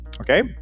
okay